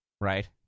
right